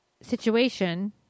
situation